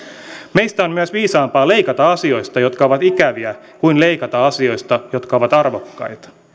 meistä on myös viisaampaa leikata asioista jotka ovat ikäviä kuin leikata asioista jotka ovat arvokkaita